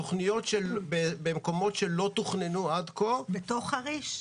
תכניות במקומות שלא תוכננו עד כה -- בתוך חריש?